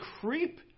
creep